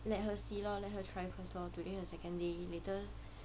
let her see lor let her try first lor today her second day later